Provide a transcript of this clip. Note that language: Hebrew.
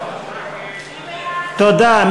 תודה.